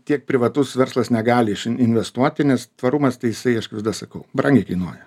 tiek privatus verslas negali iš investuoti nes tvarumas tai jisai aš visada sakau brangiai kainuoja